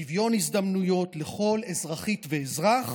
שוויון הזדמנויות לכל אזרחית ואזרח,